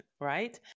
right